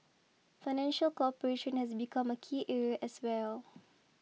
financial cooperation has become a key area as well